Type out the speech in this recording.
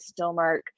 Stillmark